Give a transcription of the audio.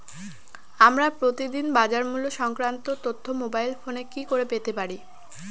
আমরা প্রতিদিন বাজার মূল্য সংক্রান্ত তথ্য মোবাইল ফোনে কি করে পেতে পারি?